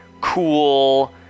cool